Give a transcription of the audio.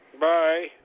Bye